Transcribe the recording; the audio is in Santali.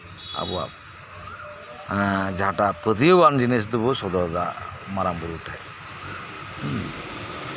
ᱟᱵᱚᱣᱟᱜ ᱡᱟᱸᱦᱟᱴᱟᱜ ᱯᱟᱹᱛᱭᱟᱹᱣᱟᱱ ᱡᱤᱱᱤᱥ ᱫᱚᱵᱚᱱ ᱥᱚᱫᱚᱨᱟ ᱢᱟᱨᱟᱝ ᱵᱩᱨᱩ ᱴᱷᱮᱡ ᱦᱮᱸ